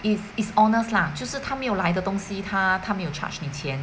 it it's honest lah 就是他没有来的东西他他没有 charge 你钱